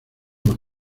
más